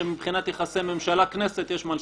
שמבחינת יחסי ממשלה-כנסת יש מה לשפר.